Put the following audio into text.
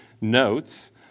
notes